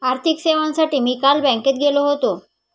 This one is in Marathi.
आर्थिक सेवांसाठी मी काल बँकेत गेलो होतो